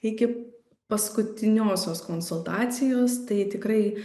iki paskutiniosios konsultacijos tai tikrai